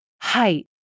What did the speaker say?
height